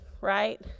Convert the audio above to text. right